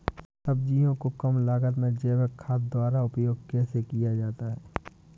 सब्जियों को कम लागत में जैविक खाद द्वारा उपयोग कैसे किया जाता है?